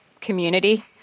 community